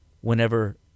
whenever